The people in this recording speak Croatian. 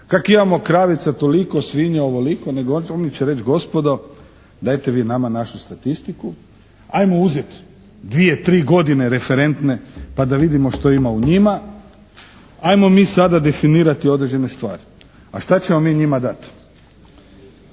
kak' imamo kravica toliko, svinja ovoliko, nego oni će reći gospodo dajte vi nama našu statistiku, ajmo uzeti dvije, tri godine referentne pa da vidimo što ima u njima, ajmo mi sada definirati određene stvari. A što ćemo mi njima dati?